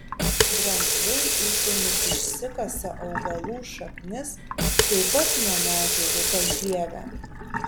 drambliai iltimis išsikasa augalų šaknis taip pat nuo medžių lupa žievę